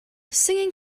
singing